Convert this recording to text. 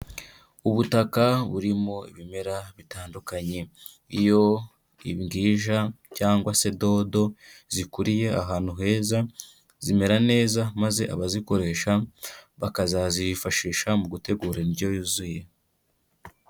Ubutaka burimo ibimera bitandukanye. Iyo imbwija cyangwa se dodo zikuriye ahantu heza, zimera neza maze abazikoresha bakazazifashisha mu gutegura indyo yuzuye.